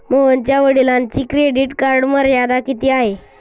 मोहनच्या वडिलांची credit card मर्यादा किती आहे?